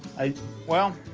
i well.